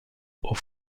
aux